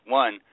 one